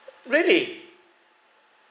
really